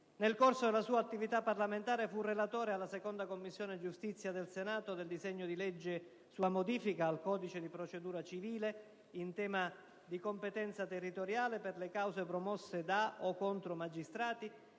Nel corso della sua attività parlamentare fu relatore alla Commissione giustizia del Senato del disegno di legge sulla modifica al codice di procedura civile, in tema di competenza territoriale, per le cause promosse da o contro magistrati